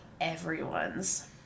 everyone's